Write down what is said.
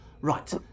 right